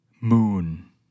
Moon